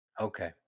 Okay